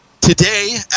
today